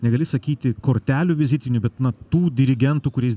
negali sakyti kortelių vizitinių bet na tų dirigentų kuriais